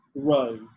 grow